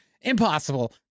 impossible